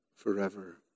forever